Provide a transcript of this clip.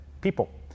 people